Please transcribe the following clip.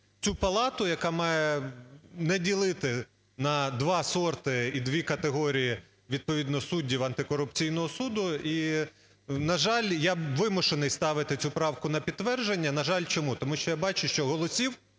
цю палату, яка має не ділити на два сорти і дві категорії, відповідно, суддів антикорупційного суду. І, на жаль, я вимушений ставити цю правку на підтвердження. На жаль, чому? Тому що я бачу, що голосів